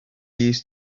used